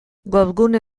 webgune